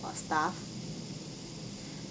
staff